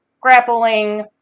Grappling